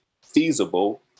feasible